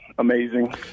amazing